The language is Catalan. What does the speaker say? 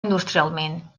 industrialment